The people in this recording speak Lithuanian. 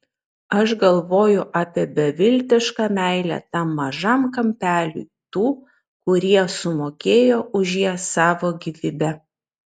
aš galvoju apie beviltišką meilę tam mažam kampeliui tų kurie sumokėjo už ją savo gyvybe